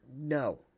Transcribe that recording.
no